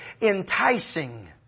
enticing